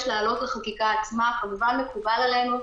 לעלות לחקיקה עצמה כמובן מקובל עלינו.